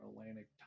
Atlantic